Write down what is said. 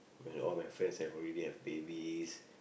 which is all my friends have already have babies